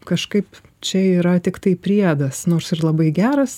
kažkaip čia yra tiktai priedas nors ir labai geras